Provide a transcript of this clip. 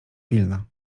pilna